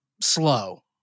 slow